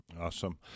Awesome